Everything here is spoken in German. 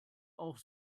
auch